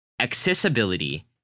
accessibility